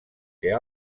que